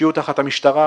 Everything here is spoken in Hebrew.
שיהיו תחת המשטרה.